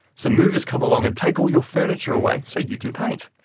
some movers come along and take all your furniture away so you can paint.